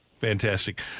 Fantastic